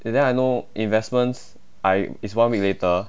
and then I know investments I is one week later